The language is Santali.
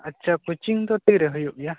ᱟᱪᱪᱷᱟ ᱠᱳᱪᱤᱝ ᱫᱚ ᱛᱤᱨᱮ ᱦᱩᱭᱩᱜ ᱜᱮᱭᱟ